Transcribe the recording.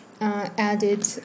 added